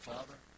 Father